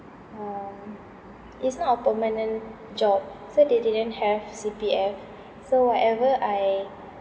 um it's not a permanent job so they didn't have C_P_F so whatever I